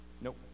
Nope